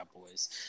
boys